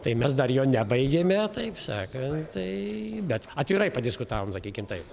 tai mes dar jo nebaigėme taip sakant tai bet atvirai padiskutavom sakykim taip